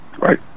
right